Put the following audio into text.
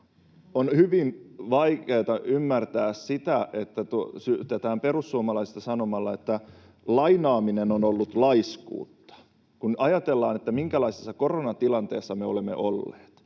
On hyvin vaikeata ymmärtää sitä, että perussuomalaisista syytetään sanomalla, että lainaaminen on ollut laiskuutta, kun ajatellaan, minkälaisessa koronatilanteessa me olemme olleet.